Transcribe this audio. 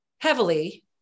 heavily